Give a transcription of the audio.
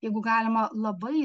jeigu galima labai